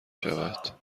شود